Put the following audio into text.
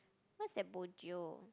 what's that bo jio